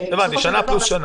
זה שנה פלוס שנה.